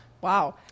Wow